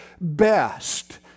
best